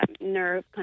nerve